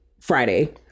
Friday